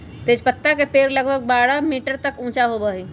तेजपत्ता के पेड़ लगभग बारह मीटर तक ऊंचा होबा हई